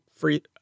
Free